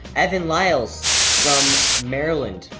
evan lyles from maryland.